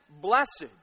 blessed